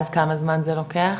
אז כמה זמן זה לוקח?